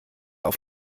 auf